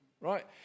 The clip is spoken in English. right